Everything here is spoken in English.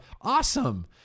Awesome